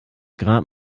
grab